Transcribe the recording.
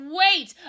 wait